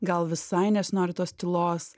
gal visai nesinori tos tylos